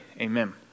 amen